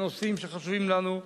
בנושאים שחשובים לנו.